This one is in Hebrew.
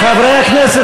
הכנסת,